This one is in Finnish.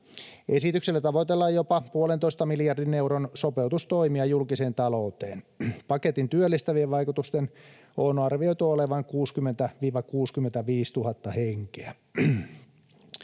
Esityksellä tavoitellaan jopa puolentoista miljardin euron sopeutustoimia julkiseen talouteen. Paketin työllistävien vaikutusten on arvioitu olevan 60 000—65 000 henkeä.